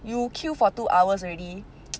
you queue for two hours already